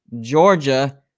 Georgia